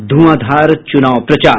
ध्रंआधार चुनाव प्रचार